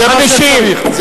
50. נכון,